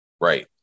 Right